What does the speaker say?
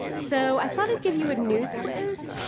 so, i thought i'd give you a news quiz